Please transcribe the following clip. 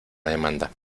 demanda